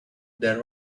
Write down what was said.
there